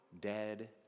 dead